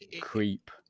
creep